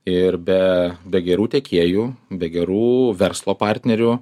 ir be gerų tiekėjų be gerų verslo partnerių